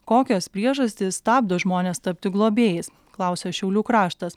kokios priežastys stabdo žmones tapti globėjais klausia šiaulių kraštas